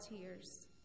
tears